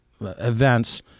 events